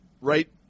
right